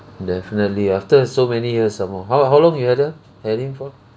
definitely after so many years some more how how long you had her had him for